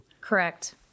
Correct